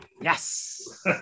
Yes